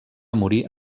morir